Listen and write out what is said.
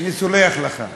אני סולח לך,